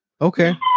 Okay